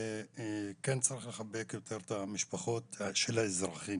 צריך לחבק את המשפחות של האזרחים